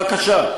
בבקשה.